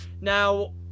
Now